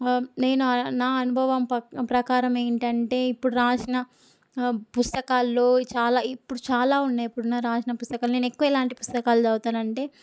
నేను నా అనుభవం ప ప్రకారం ఏంటంటే ఇప్పుడు రాసిన పుస్తకాల్లో చాలా ఇప్పుడు చాలా ఉన్నాయి ఇప్పుడున్న రాసిన పుస్తకాలు నేను ఎక్కువ ఎలాంటి పుస్తకాలు చదువుతాను అంటే